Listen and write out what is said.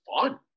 fun